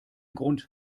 grund